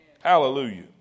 Hallelujah